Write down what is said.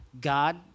God